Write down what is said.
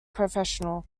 professional